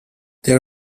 there